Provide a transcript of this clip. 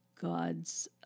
God's